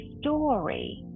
story